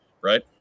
right